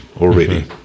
already